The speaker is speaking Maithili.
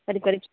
करीब करीब